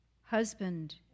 husband